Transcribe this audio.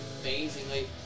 amazingly